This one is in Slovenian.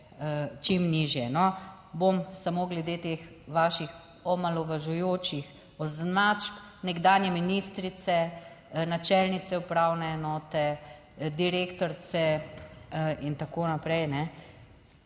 čim nižje. Bom samo glede teh vaših omalovažujočih označb nekdanje ministrice, načelnice upravne enote, direktorice in tako naprej.